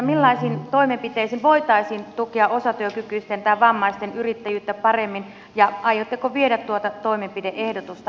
millaisin toimenpitein voitaisiin tukea osatyökykyisten tai vammaisten yrittäjyyttä paremmin ja aiotteko viedä tuota toimenpide ehdotusta eteenpäin